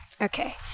Okay